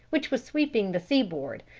which was sweeping the sea-board,